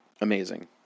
Amazing